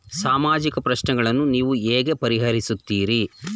ಸಾಮಾಜಿಕ ಪ್ರಶ್ನೆಗಳನ್ನು ನೀವು ಹೇಗೆ ಪರಿಹರಿಸುತ್ತೀರಿ?